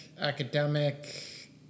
academic